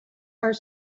are